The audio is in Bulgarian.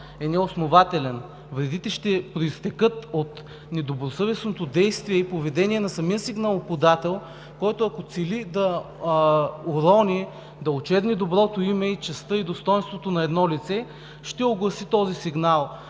е неоснователен. Вредите ще произтекат от недобросъвестно действие и поведение на самия сигналоподател, който, ако цели да урони, да очерни доброто име, честта и достойнството на едно лице, ще огласи този сигнал